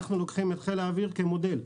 אנחנו לוקחים את חיל האוויר כמודל,